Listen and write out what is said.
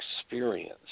experience